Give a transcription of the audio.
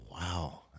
Wow